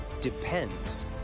depends